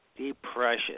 depression